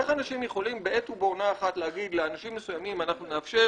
איך אנשים יכולים בעת ובעונה אחת להגיד: לאנשים מסוימים אנחנו נאפשר